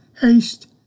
haste